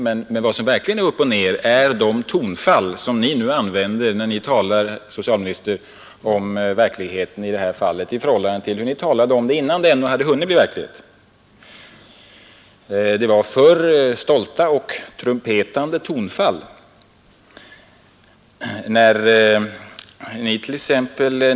Men vad som verkligen är upp och ned här är de tonfall som Ni, herr socialminister använder när Ni nu talar om verkligheten i det här fallet i förhållande till hur Ni talade om den innan den ännu hunnit bli verklighet. Det var då stolta och trumpetande tonfall. När Ni tex.